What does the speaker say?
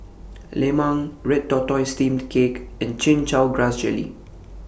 Lemang Red Tortoise Steamed Cake and Chin Chow Grass Jelly